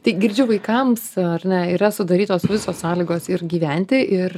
tai girdžiu vaikams ar ne yra sudarytos visos sąlygos ir gyventi ir